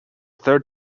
third